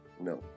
no